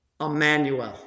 Emmanuel